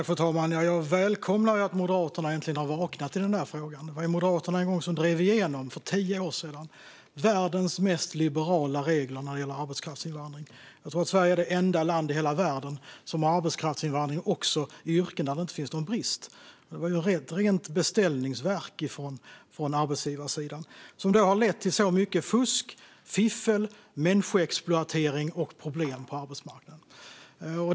Fru talman! Jag välkomnar att Moderaterna äntligen har vaknat i den här frågan. Det var Moderaterna som en gång för tio år sedan drev igenom världens mest liberala regler när det gäller arbetskraftsinvandring. Jag tror att Sverige är det enda land i hela världen som har arbetskraftsinvandring också i yrken där det inte finns någon brist. Det var ett rent beställningsverk från arbetsgivarsidan. Det har lett till så mycket fusk, fiffel, människoexploatering och problem på arbetsmarknaden.